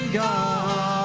god